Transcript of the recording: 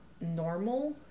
normal